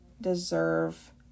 deserve